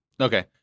Okay